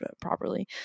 properly